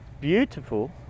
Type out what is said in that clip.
Beautiful